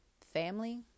family